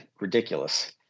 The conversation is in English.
ridiculous